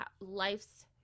life's